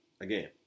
again